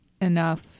enough